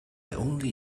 only